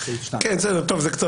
הוא פוסק